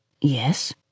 yes